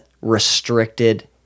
restricted